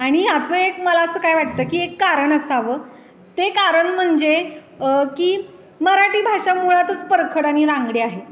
आणि ह्याचं एक मला असं काय वाटतं की एक कारण असावं ते कारण म्हणजे की मराठी भाषा मुळातच परखड आणि रांगडी आहे